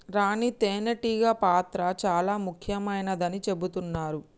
రాణి తేనే టీగ పాత్ర చాల ముఖ్యమైనదని చెబుతున్నరు